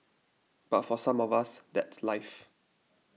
but for some of us that's life